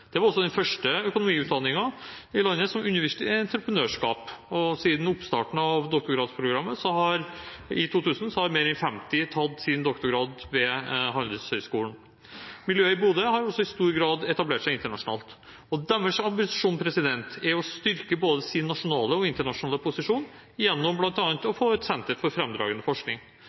Det var også den første økonomiutdanningen i landet som underviste i entreprenørskap. Og siden oppstarten av doktorgradsprogrammet i 2000 har mer enn 50 tatt sin doktorgrad ved Handelshøgskolen i Bodø. Miljøet i Bodø har også i stor grad etablert seg internasjonalt, og deres ambisjon er å styrke både sin nasjonale og sin internasjonale posisjon gjennom bl.a. å